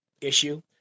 issue